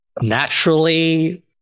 naturally